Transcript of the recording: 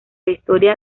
historia